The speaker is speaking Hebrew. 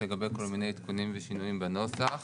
לגבי כל מיני עדכונים ושינויים בנוסח.